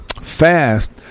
fast